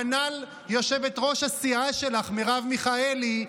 כנ"ל יושבת-ראש הסיעה שלך מרב מיכאלי,